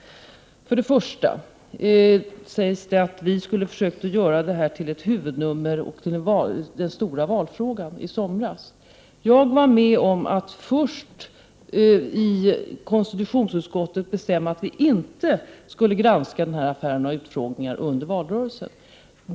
Bo Hammar sade bl.a. att vi i somras skulle ha försökt göra Ebbe Carlsson-affären till ett huvudnummer inför valet, till den stora valfrågan. Jag var med om att i konstitutionsutskottet först bestämma att utskottet inte skulle granska den här affären och ha några utfrågningar under valrörelsen.